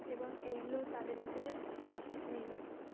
এবং এইগুলো তাদের ভিতরে নেই